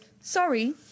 sorry